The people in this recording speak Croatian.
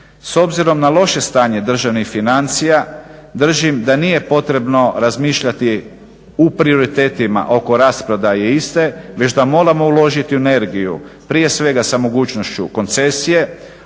S obzirom na loše stanje državnih financija, držim da nije potrebno razmišljati u prioritetima oko rasprodaje iste, već da moramo uložiti energiju prije svega sa mogućnošću koncesije.